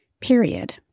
period